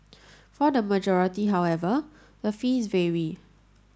for the majority however the fees vary